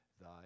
Thy